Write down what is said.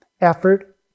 effort